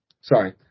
Sorry